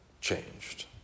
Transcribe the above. changed